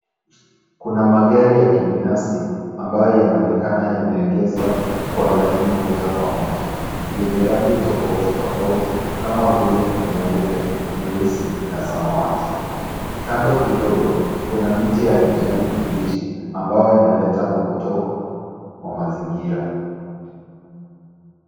Kuna magari ya kibinafsi, ambayo yanaonekana yameegeshwa kwa laini moja kwa moja yenye rangi tofauti tofauti kama vile nyeupe, nyeusi na samawati. Kando kidogo kuna miti ya kijani kibichi ambao inaleta mvuto wa mazingira.